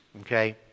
Okay